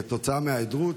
כתוצאה מההיעדרות,